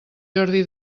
jordi